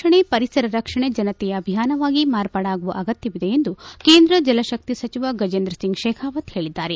ನೀರಿನ ಸಂರಕ್ಷಣೆ ಪರಿಸರ ರಕ್ಷಣೆ ಜನತೆಯ ಅಭಿಯಾನವಾಗಿ ಮಾರ್ಪಾಡಾಗುವ ಅಗತ್ನವಿದೆ ಎಂದು ಕೇಂದ್ರ ಜಲಶಕ್ತಿ ಸಚಿವ ಗಜೇಂದ್ರ ಸಿಂಗ್ ಶೇಖಾವತ್ ಹೇಳಿದ್ದಾರೆ